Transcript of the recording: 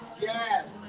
Yes